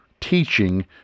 teaching